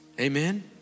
Amen